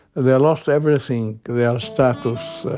they lost everything, their status,